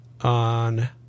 on